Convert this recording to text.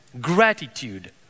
Gratitude